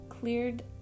Cleared